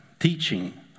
teaching